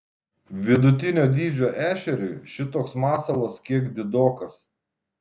vidutinio dydžio ešeriui šitoks masalas kiek didokas